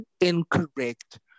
incorrect